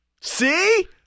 See